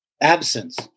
absence